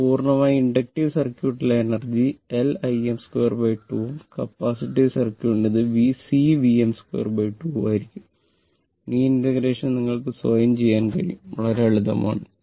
എന്നാൽ പൂർണ്ണമായും ഇൻഡക്റ്റീവ് സർക്യൂട്ടിലെ എനർജി L Im 2 2 ഉം കപ്പാസിറ്റീവ് സർക്യൂട്ടിന് ഇത് C Vm 22 ആയിരിക്കും ഈ ഇന്റഗ്രേഷൻ നിങ്ങൾക്ക് സ്വയം ചെയ്യാൻ കഴിയുന്ന വളരെ ലളിതമാണ്